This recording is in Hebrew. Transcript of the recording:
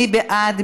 מי בעד?